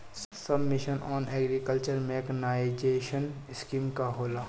सब mission on agriculture mechanisation scheme का होला?